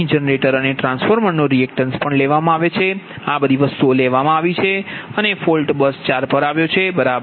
અહીં જનરેટર અને ટ્રાન્સફોર્મર નો રિએક્ટન્સ પણ લેવામાં આવે છે આ બધી વસ્તુઓ લેવામાં આવી છે અને ફોલ્ટ બસ 4 પર આવ્યો છે બરાબર